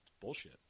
Bullshit